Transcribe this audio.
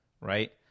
Right